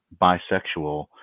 bisexual